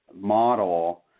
model